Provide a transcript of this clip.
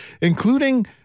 including